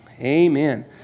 Amen